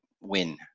win